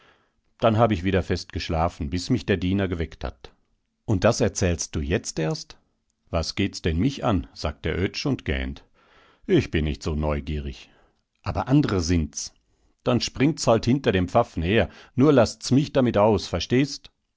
dann hab ich wieder fest geschlafen bis mich der diener geweckt hat und das erzählst du jetzt erst was geht's denn mich an sagt der oetsch und gähnt ich bin nicht so neugierig aber andere sind's dann springt's halt hinter dem pfaffen her nur laßt's mich damit aus verstehst